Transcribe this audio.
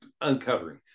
uncovering